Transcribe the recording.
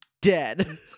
dead